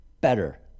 better